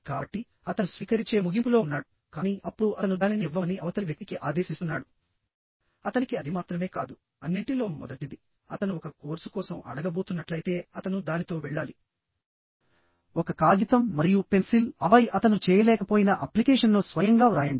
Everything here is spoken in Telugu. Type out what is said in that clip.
కాబట్టి అతను స్వీకరించే ముగింపులో ఉన్నాడు కానీ అప్పుడు అతను దానిని ఇవ్వమని అవతలి వ్యక్తికి ఆదేశిస్తున్నాడు అతనికి అది మాత్రమే కాదు అన్నింటిలో మొదటిది అతను ఒక కోర్సు కోసం అడగబోతున్నట్లయితే అతను దానితో వెళ్ళాలి ఒక కాగితం మరియు పెన్సిల్ ఆపై అతను చేయలేకపోయిన అప్లికేషన్ను స్వయంగా వ్రాయండి